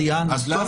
אז טוב